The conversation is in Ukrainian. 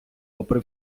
попри